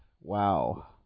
wow